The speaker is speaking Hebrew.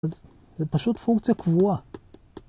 אז, זה פשוט פונקציה קבועה.